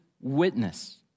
witness